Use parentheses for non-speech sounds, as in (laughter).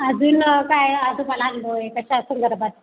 अजून काय (unintelligible) अनुभव कशा संदर्भात